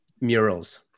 murals